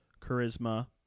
charisma